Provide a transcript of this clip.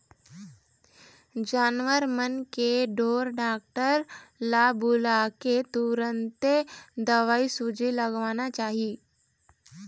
जानवर मन के ढोर डॉक्टर ल बुलाके तुरते दवईसूजी लगवाना चाही